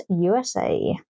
USA